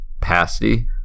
pasty